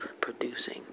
producing